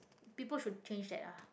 people should change that ah